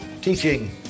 teaching